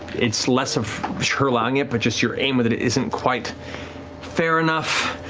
it's less of her allowing it but just your aim with it it isn't quite fair enough.